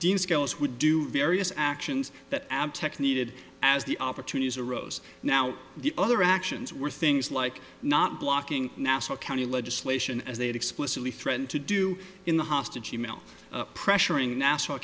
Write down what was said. dean skelos would do various actions that ab tech needed as the opportunities arose now the other actions were things like not blocking nassau county legislation as they had explicitly threatened to do in the hostage email pressuring na